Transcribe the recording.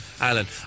Alan